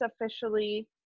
officially